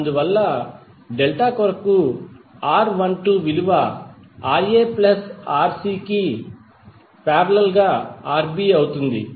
అందువల్ల డెల్టా కొరకు R12 విలువ Ra ప్లస్ Rc కి పారేలల్ గా Rb అవుతుంది